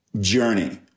journey